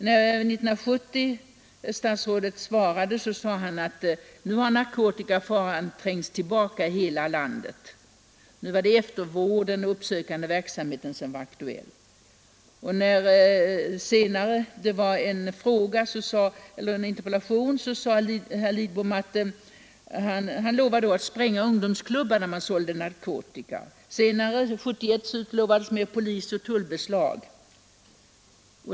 När statsrådet svarade 1970, sade han att nu hade narkotikafaran trängts tillbaka i hela landet, nu var det eftervården och den uppsökande verksamheten som var aktuell. Senare, när det gällde en interpellation, lovade herr Lidbom att spränga ungdomsklubbar där narkotika såldes. År 1971 utlovades mer polisoch tullbeslag.